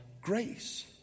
grace